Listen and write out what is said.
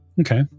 Okay